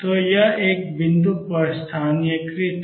तो यह एक बिंदु पर स्थानीयकृत है